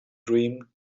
dream